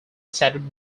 saturday